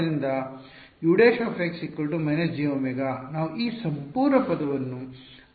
ಆದ್ದರಿಂದ U ′− jω ನಾವು ಈ ಸಂಪೂರ್ಣ ಪದವನ್ನು α ಎಂದು ಕರೆಯೋಣ